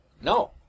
No